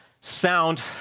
sound